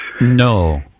No